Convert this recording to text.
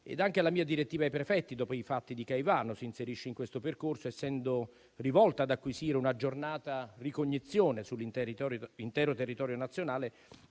Anche la mia direttiva ai prefetti dopo i fatti di Caivano si inserisce in questo percorso, essendo rivolta ad acquisire un'aggiornata ricognizione sull'intero territorio nazionale